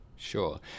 Sure